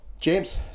James